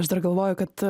aš dar galvoju kad